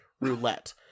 roulette